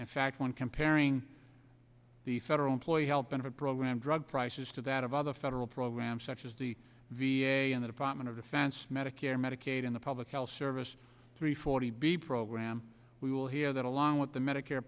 in fact when comparing the federal employee health benefit program drug prices to that of other federal programs such as the v a and the department of defense medicare medicaid in the public health service three forty b program we will hear that along with the medicare